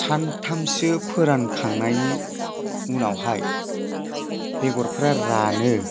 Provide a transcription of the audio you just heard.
सानथामसो फोरानखांनायनि उनावहाय बेगरफ्रा रानो